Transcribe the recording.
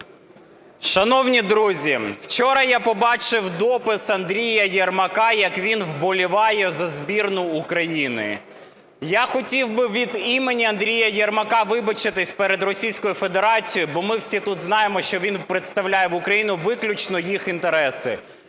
Шановні друзі, вчора я побачив допис Андрія Єрмака, як він вболіває за збірну України. Я хотів би від імені Андрія Єрмака вибачитися перед Російською Федерацією, бо ми всі тут знаємо, що він представляє в Україні виключно їх інтереси.